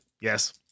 yes